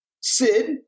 Sid